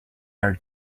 are